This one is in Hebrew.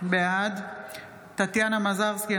בעד טטיאנה מזרסקי,